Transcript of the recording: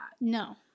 No